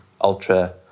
ultra